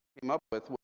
came up with,